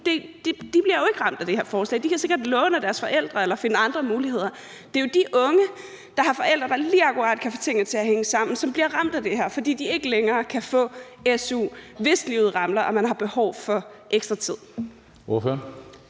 bliver jo ikke ramt af det her forslag; de kan sikkert låne af deres forældre eller finde andre muligheder. Det er jo de unge, der har forældre, der lige akkurat kan få tingene til at hænge sammen, som bliver ramt af det her, fordi de ikke længere kan få su, hvis livet ramler og man har behov for ekstra tid.